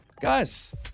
Guys